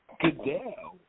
Goodell